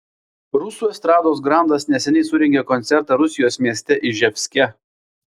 rusų estrados grandas neseniai surengė koncertą rusijos mieste iževske